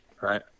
right